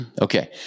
Okay